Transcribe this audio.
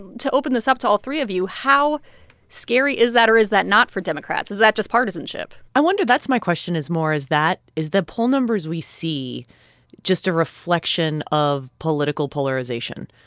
to open this up to all three of you, how scary is that or is that not for democrats? is that just partisanship? i wonder. that's my question is more is that is the poll numbers we see just a reflection of political polarization,